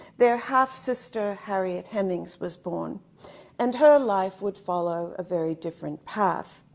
their half sister, harriet hemings was born and her life would follow a very different path.